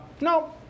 No